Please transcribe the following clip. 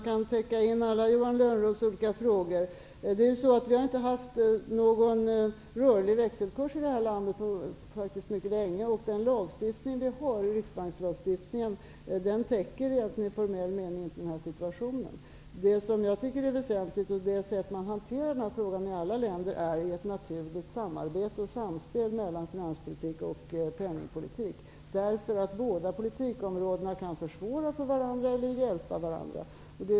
Fru talman! Det återstår att se om jag kan täcka in Johan Lönnroths alla olika frågor. Vi har faktiskt inte på mycket länge haft en rörlig växelkurs i det här landet. Riksbankslagstiftningen täcker i formell mening egentligen inte den här situationen. Det som jag tycker är väsentligt beträffande det sätt på vilket den här frågan hanteras i alla länder är det naturliga samarbetet och samspelet mellan finanspolitik och penningpolitik. Båda politikområdena kan nämligen försvåra för eller hjälpa varandra.